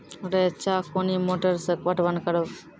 रेचा कोनी मोटर सऽ पटवन करव?